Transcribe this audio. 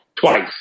twice